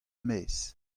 maez